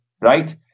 right